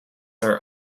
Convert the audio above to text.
are